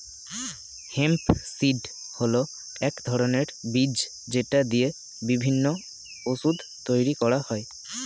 hemp seed হল এক ধরনের বীজ যেটা দিয়ে বিভিন্ন ওষুধ তৈরি করা হয়